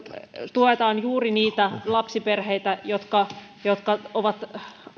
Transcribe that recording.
tuetaan juuri niitä lapsiperheitä jotka jotka ovat